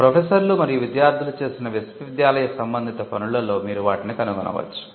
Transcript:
ప్రొఫెసర్లు మరియు విద్యార్థులు చేసిన విశ్వవిద్యాలయ సంబందిత పనులలో మీరు వాటిని కనుగొనవచ్చు